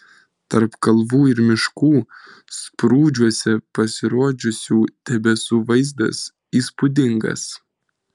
tarp kalvų ir miškų sprūdžiuose pasirodžiusių debesų vaizdas įspūdingas